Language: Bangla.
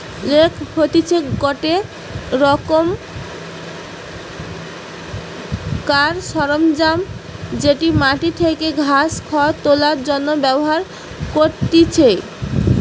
রেক হতিছে গটে রোকমকার সরঞ্জাম যেটি মাটি থেকে ঘাস, খড় তোলার জন্য ব্যবহার করতিছে